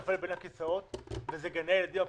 שנופל בין הכיסאות וזה גני הילדים הפרטיים,